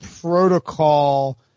protocol